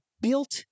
built